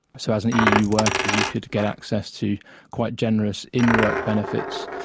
so as an eu worker you could get access to quite generous in-work benefits,